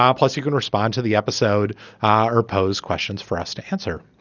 um plus you can respond to the episode or pose questions for us to answer